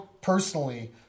personally